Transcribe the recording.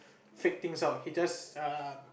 faked things out he just err